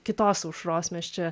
kitos aušros mes čia